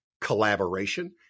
collaboration